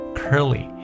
curly